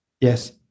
Yes